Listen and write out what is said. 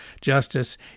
justice